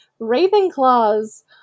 Ravenclaws